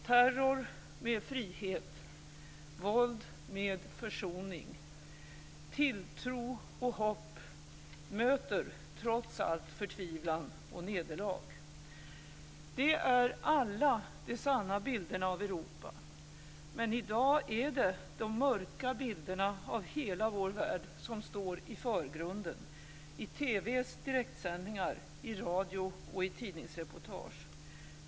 Terror med frihet. Våld med försoning. Tilltro och hopp möter, trots allt, förtvivlan och nederlag. De är alla de sanna bilderna av Europa. Men i dag är det de mörka bilderna av hela vår värld som står i förgrunden - i TV:s direktsändningar, i radio och tidningsreportage.